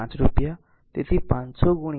5 રૂપિયા તેથી 500 2